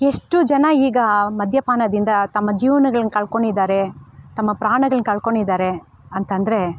ಎಷ್ಟು ಜನ ಈಗ ಮದ್ಯಪಾನದಿಂದ ತಮ್ಮ ಜೀವನಗಳನ್ ಕಳ್ಕೊಂಡಿದ್ದಾರೆ ತಮ್ಮ ಪ್ರಾಣಗಳನ್ ಕಳ್ಕೊಂಡಿದ್ದಾರೆ ಅಂತಂದರೆ